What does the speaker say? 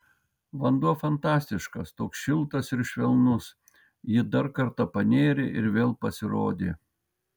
vanduo fantastiškas toks šiltas ir švelnus ji dar kartą panėrė ir vėl pasirodė